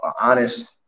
honest